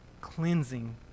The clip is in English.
cleansing